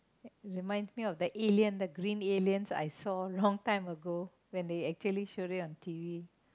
reminds me of the alien the green aliens I saw long time ago when they actually showed it on T_V